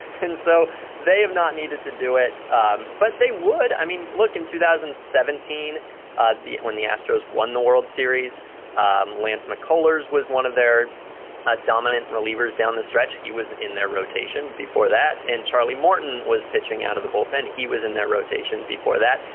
and so they have not needed to do it um but they would. i mean look in two thousand and seventeen ah when the astros won the world series um lance mccullers was one of their ah dominant relievers down the stretch. he was in their rotation before that and charlie martin was pitching out of the bullpen. he was in their rotation before that.